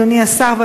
אדוני השר,